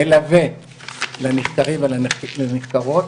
מלווה לנחקרים ולנחקרות,